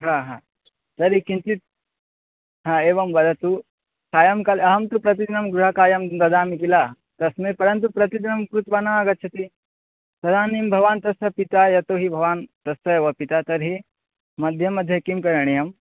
हा हा तर्हि किञ्चित् हा एवं वदतु सायङ्काले अहं तु प्रतिदिनं गृहकार्यं ददामि किल तस्मै परन्तु प्रतिदिनं कृत्वा नागच्छति तदानीं भवान् तस्य पिता यतोहि भवान् तस्यैव पिता तर्हि मध्ये मध्ये किं करणीयं